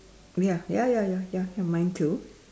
ya ya ya ya ya mine too